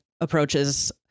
approaches